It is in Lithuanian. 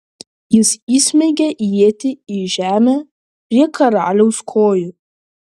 jis įsmeigia ietį į žemę prie karaliaus kojų